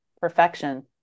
perfection